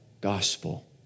gospel